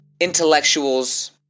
intellectuals